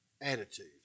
Attitude